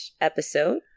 episode